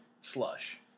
Slush